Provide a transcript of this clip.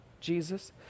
Jesus